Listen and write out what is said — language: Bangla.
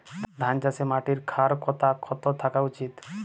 ধান চাষে মাটির ক্ষারকতা কত থাকা উচিৎ?